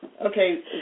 Okay